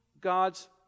God's